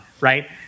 right